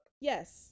Yes